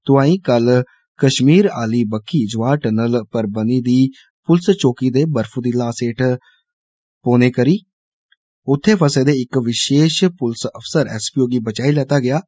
तुआई कल कष्मीर आहली बक्खी जवाहर टनल पर बनी दी पुलस चौकी दे बर्फू दी लास हेठ होने करी उत्थे फसे दे इक विषेष पुलस अफसर एस पी ओ गी बचाई लैता गेआ ऐ